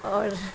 اور